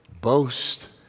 boast